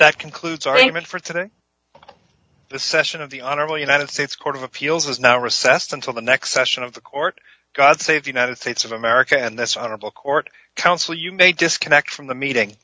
that concludes our event for today the session of the honorable united states court of appeals has now recessed until the next session of the court god save the united states of america and this honorable court counsel you may disconnect from the meeting